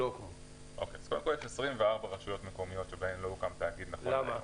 יש 24 רשויות מקומיות שבהן לא הוקם תאגיד נכון להיום.